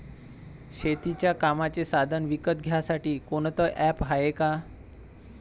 शेतीच्या कामाचे साधनं विकत घ्यासाठी कोनतं ॲप हाये का?